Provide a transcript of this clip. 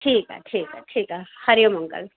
ठीकु आहे ठीकु आहे ठीकु आहे हरि ओम अंकल